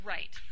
Right